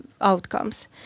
outcomes